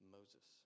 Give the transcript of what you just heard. Moses